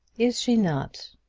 is she not?